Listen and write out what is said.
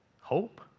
Hope